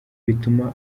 bituma